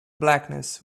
blackness